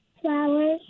Flowers